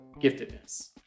giftedness